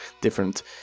different